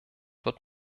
wird